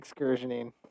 excursioning